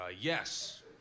yes